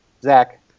Zach